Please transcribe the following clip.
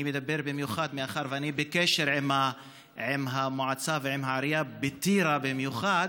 אני מדבר מאחר שאני בקשר עם המועצה ועם העירייה בטירה במיוחד.